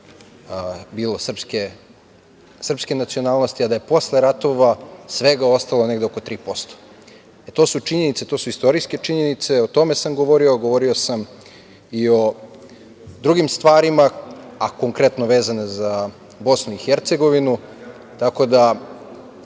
srpske nacionalnosti, a da je posle ratova svega ostalo negde oko 3%.To su činjenice, to su istorijske činjenice. O tome sam govorio, a govorio sam i o drugim stvarima, a konkretno vezane za Bosnu i Hercegovinu, tako da,